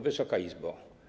Wysoka Izbo!